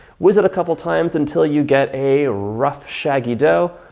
whiz it a couple of times until you get a rough shaggy dough.